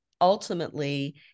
ultimately